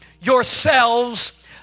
yourselves